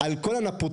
משרד הכלכלה,